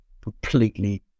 completely